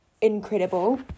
incredible